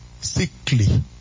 sickly